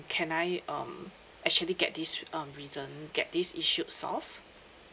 can I um actually get the um reason um get this issue solved